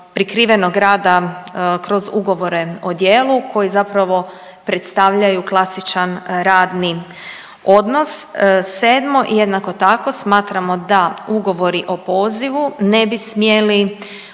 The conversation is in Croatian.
prikrivenog rada kroz ugovore o djelu koji zapravo predstavljaju klasičan radni odnos. Sedmo, jednako tako smatramo da ugovori o pozivu ne bi smjeli stvarati